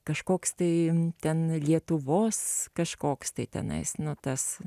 kažkoks tai ten lietuvos kažkoks tai tenais nu tas